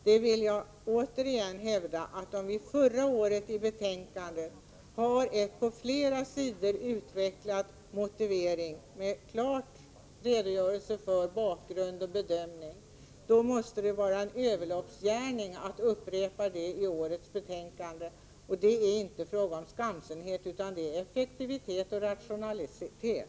Jag vill igen hävda att om vi förra året i betänkandet hade en på flera sidor utvecklad motivering med en klar redogörelse för bakgrund och bedömning, då måste det vara en överloppsgärning att upprepa detta i årets betänkande. Det är inte en fråga om skamsenhet, utan det handlar om effektivitet och rationalitet.